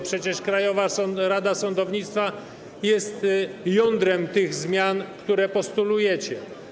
Przecież Krajowa Rada Sądownictwa jest jądrem zmian, które postulujecie.